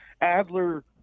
Adler